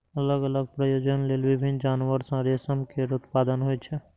अलग अलग प्रयोजन लेल विभिन्न जानवर सं रेशम केर उत्पादन होइ छै